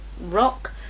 rock